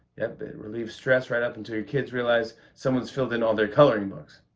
yep, it relieves stress right up until your kids realize someone's filled in all their coloring books.